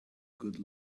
good